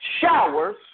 showers